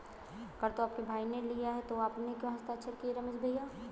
कर तो आपके भाई ने लिया है तो आपने क्यों हस्ताक्षर किए रमेश भैया?